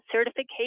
certification